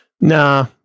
nah